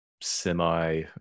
semi